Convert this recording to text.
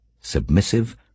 submissive